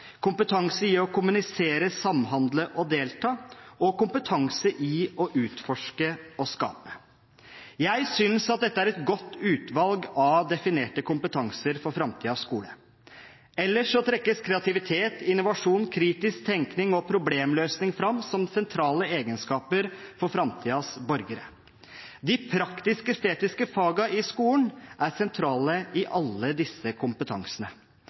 kommunisere, samhandle og delta og kompetanse i å utforske og skape. Jeg synes dette er et godt utvalg av definerte kompetanser for framtidens skole. Ellers trekkes kreativitet, innovasjon, kritisk tenkning og problemløsning fram som sentrale egenskaper for framtidens borgere. De praktisk-estetiske fagene i skolen er sentrale i alle disse kompetansene